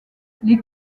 les